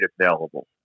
available